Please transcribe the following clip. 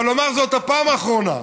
אבל לומר שזאת הפעם האחרונה.